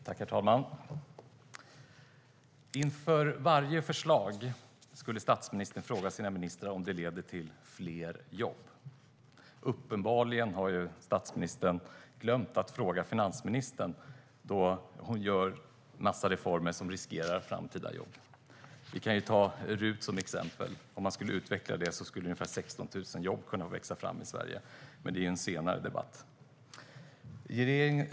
Herr talman! Inför varje förslag skulle statsministern fråga sina ministrar om det leder till fler jobb. Uppenbarligen har statsministern glömt att fråga finansministern, då hon gör en massa reformer som riskerar framtida jobb. Vi kan ta RUT som exempel. Om man skulle utveckla det skulle ungefär 16 000 jobb kunna växa fram i Sverige, men det är en senare debatt.